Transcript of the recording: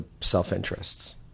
self-interests